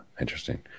Interesting